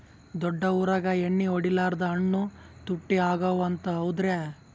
ದೊಡ್ಡ ಊರಾಗ ಎಣ್ಣಿ ಹೊಡಿಲಾರ್ದ ಹಣ್ಣು ತುಟ್ಟಿ ಅಗವ ಅಂತ, ಹೌದ್ರ್ಯಾ?